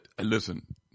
listen